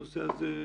הנושא הזה,